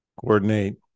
Coordinate